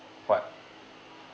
what